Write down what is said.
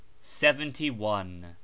seventy-one